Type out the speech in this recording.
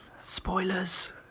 Spoilers